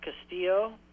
Castillo